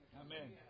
Amen